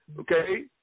okay